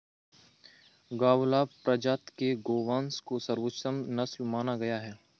गावलाव प्रजाति के गोवंश को सर्वोत्तम नस्ल माना गया है